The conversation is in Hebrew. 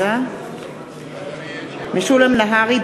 (קוראת בשמות חברי הכנסת) משולם נהרי,